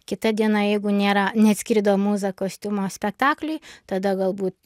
kita diena jeigu nėra neatskrido mūza kostiumo spektakliui tada galbūt